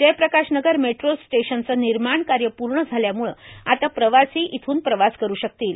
जय Prakash Nagar metro स्टेशनचे निर्माण कार्य पूर्ण झाल्याम्ळे आता प्रवासी येथून प्रवास करू शकतील